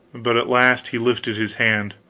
but at last he lifted his hand,